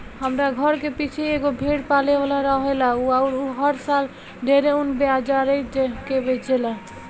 हमरा घर के पीछे एगो भेड़ पाले वाला रहेला अउर उ हर साल ढेरे ऊन बाजारे जा के बेचेला